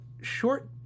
short